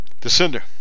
Descender